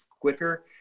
quicker